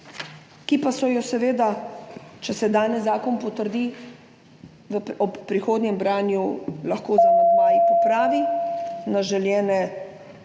ki pa se jo seveda, če se danes zakon potrdi, ob prihodnjem branju lahko z amandmaji popravi na želene učinke.